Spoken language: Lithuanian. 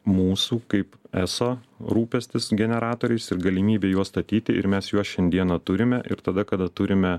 mūsų kaip eso rūpestis generatoriais ir galimybė juos statyti ir mes juos šiandieną turime ir tada kada turime